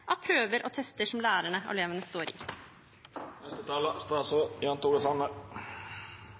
prøver og tester som lærerne og elevene står